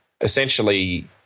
essentially